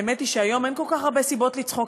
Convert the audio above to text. האמת היא שהיום אין כל כך הרבה סיבות לצחוק,